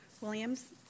Williams